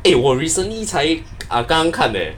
eh 我 recently 才刚刚看 eh